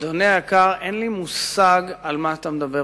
אדוני היקר, אין לי מושג על מה אתה מדבר.